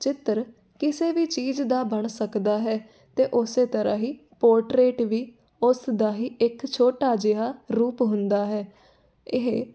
ਚਿੱਤਰ ਕਿਸੇ ਵੀ ਚੀਜ਼ ਦਾ ਬਣ ਸਕਦਾ ਹੈ ਅਤੇ ਉਸੇ ਤਰ੍ਹਾਂ ਹੀ ਪੋਟਰੇਟ ਵੀ ਉਸ ਦਾ ਹੀ ਇੱਕ ਛੋਟਾ ਜਿਹਾ ਰੂਪ ਹੁੰਦਾ ਹੈ ਇਹ